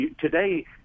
Today